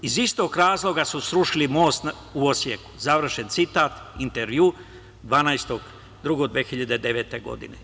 Iz istog razloga su srušili most u Osijeku" - "Intervju", 12. 2. 2009. godine.